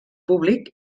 públic